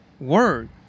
word